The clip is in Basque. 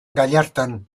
gallartan